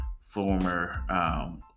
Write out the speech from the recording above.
former